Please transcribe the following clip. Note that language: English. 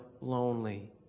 lonely